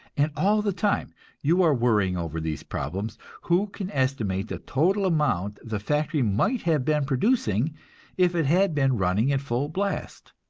and all the time you are worrying over these problems, who can estimate the total amount the factory might have been producing if it had been running at full blast?